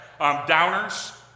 Downers